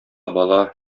бала